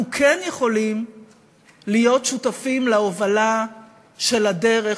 אנחנו כן יכולים להיות שותפים להובלה של הדרך